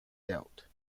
dealt